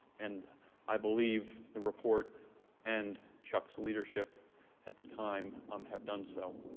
and i believe the report and chuck's leadership at the time um have done so.